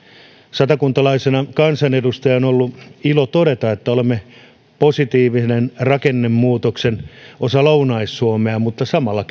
satakuntalaisena kansanedustajana on ollut ilo todeta että olemme positiivisessa rakennemuutoksessa osana lounais suomea mutta samalla